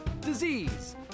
disease